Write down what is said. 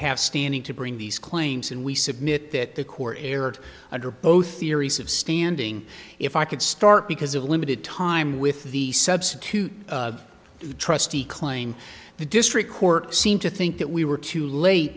have standing to bring these claims and we submit that the court erred under both theories of standing if i could start because of limited time with the substitute the trustee claimed the district court seemed to think that we were too late